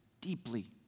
deeply